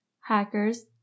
hackers